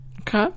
Okay